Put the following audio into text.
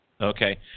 Okay